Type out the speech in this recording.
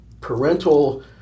parental